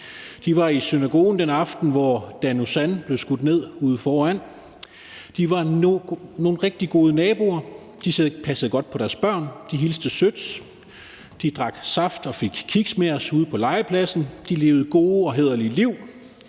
De var i synagogen den aften, hvor Dan Uzan blev skudt ned ude foran. De var nogle rigtig gode naboer. De passede godt på deres børn. De hilste sødt. De trak saft og fik kiks med os ude på legepladsen. De levede gode og hæderlige liv